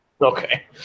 Okay